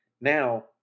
now